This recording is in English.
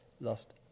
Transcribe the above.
lost